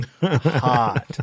Hot